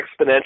exponential